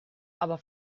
aber